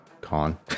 con